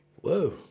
whoa